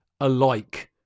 alike